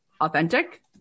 authentic